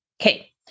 Okay